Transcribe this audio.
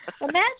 Imagine